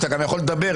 שאתה גם יכול לדבר,